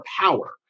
power